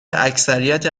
اکثریت